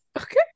Okay